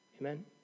Amen